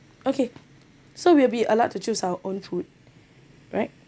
okay so we will be allowed to choose our own food right